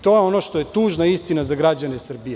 To je ono što je tužna istina za građane Srbije.